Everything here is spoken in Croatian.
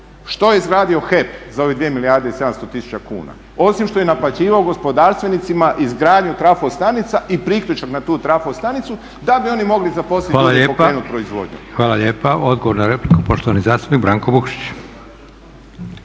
Što je izgradio HEP za ove 2 milijarde i 700 tisuća kuna osim što je naplaćivao gospodarstvenicima izgradnju trafostanica i priključak na tu trafostanicu da bi oni mogli zaposliti ljude i pokrenuti u proizvodnju. **Leko, Josip (SDP)** Hvala lijepa. Odgovor na repliku poštovani zastupnik Branko Vukšić.